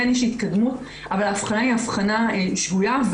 כן יש התקדמות אבל ההבחנה היא הבחנה שגויה.